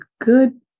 good